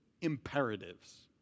imperatives